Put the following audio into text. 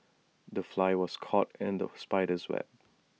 the fly was caught in the spider's web